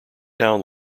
town